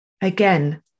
again